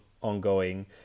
ongoing